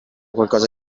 qualcosa